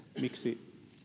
miksi